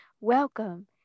Welcome